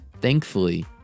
Thankfully